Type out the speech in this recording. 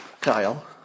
Kyle